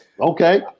Okay